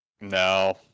no